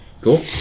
cool